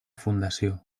fundació